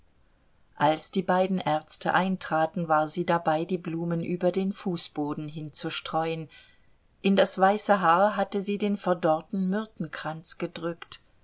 als die beiden ärzte eintraten war sie dabei die blumen über den fußboden hinzustreuen in das weiße haar hatte sie den verdorrten myrtenkranz gedrückt